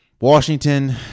washington